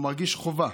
הוא מרגיש חובה,